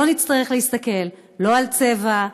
לא נצטרך להסתכל לא על צבע,